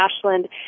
Ashland